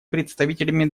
представителями